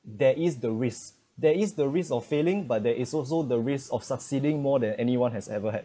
there is the risk there is the risk of failing but there is also the risk of succeeding more than anyone has ever had